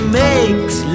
makes